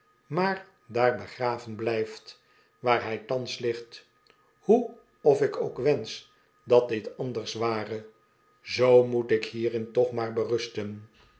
maar daar begraven blijft waar hij thans ligt hoe of ik ook wensch dat dit anders ware zoo moet ik hierin toch maar berusten